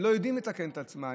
הם לא יודעים לתקן את עצמם.